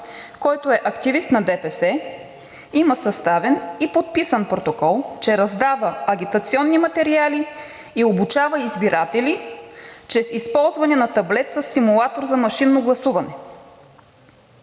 който е активист на ДПС, има съставен и подписан протокол, че раздава агитационни материали и обучава избиратели чрез използване на таблет със симулатор за машинно гласуване.